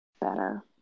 better